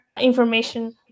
information